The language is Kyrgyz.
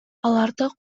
алардан